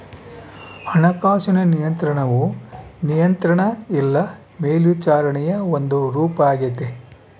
ಹಣಕಾಸಿನ ನಿಯಂತ್ರಣವು ನಿಯಂತ್ರಣ ಇಲ್ಲ ಮೇಲ್ವಿಚಾರಣೆಯ ಒಂದು ರೂಪಾಗೆತೆ